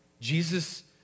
Jesus